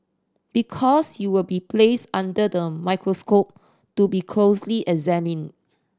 because you will be placed under the microscope to be closely examined